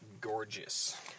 gorgeous